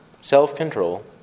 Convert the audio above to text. self-control